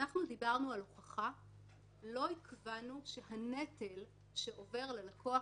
כשדיברנו על הוכחה לא התכוונו שהנטל שעובר ללקוח,